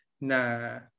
na